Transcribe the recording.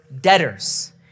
debtors